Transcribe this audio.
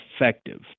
effective